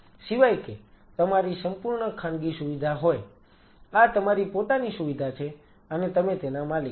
સિવાય કે આ તમારી સંપૂર્ણ ખાનગી સુવિધા હોય આ તમારી પોતાની સુવિધા છે અને તમે તેના માલિક છો